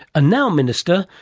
ah now, minister,